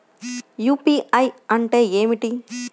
UPI అంటే ఏమిటి?